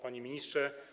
Panie Ministrze!